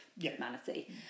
humanity